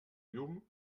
llum